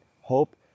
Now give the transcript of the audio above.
hope